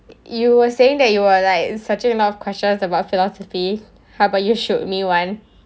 you were saying that you were like searching a lot of questions about philosophy how about you showed me [one]